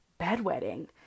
bedwetting